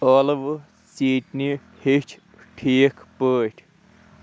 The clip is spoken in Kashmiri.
ٲلوٕ ژیٖٹنہِ ہیٚچھ ٹھیٖک پٲٹھۍ